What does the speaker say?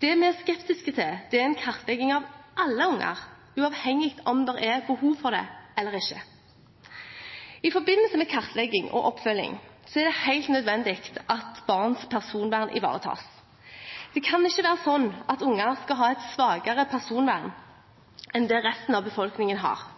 Det vi er skeptisk til, er kartlegging av alle unger, uavhengig av om det er behov for det eller ikke. I forbindelse med kartlegging og oppfølging er det helt nødvendig at barns personvern ivaretas. Det kan ikke være slik at unger skal ha et svakere personvern enn det resten av befolkningen har.